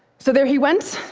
so there he went,